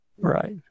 Right